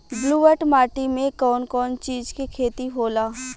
ब्लुअट माटी में कौन कौनचीज के खेती होला?